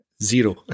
Zero